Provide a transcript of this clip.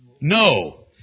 No